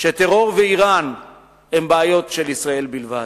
שטרור ואירן הם בעיות של ישראל בלבד.